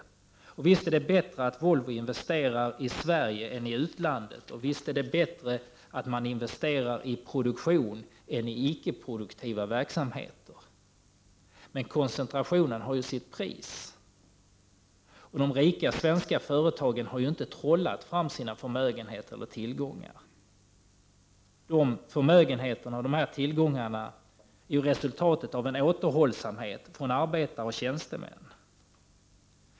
55 Visst är det bättre att Volvo investerar i Sverige än i utlandet, och visst är det bättre att man investerar i produktion än i icke-produktiva verksamheter. Men koncentrationen har sitt pris. De rika svenska företagen har ju inte trollat fram sina förmögenheter eller tillgångar. De förmögenheterna och tillgångarna är resultatet av en återhållsamhet hos arbetare och tjänstemän.